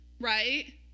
right